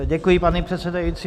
Děkuji, pane předsedající.